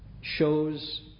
shows